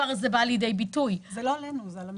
זה לא עלינו, זה על המשרדים.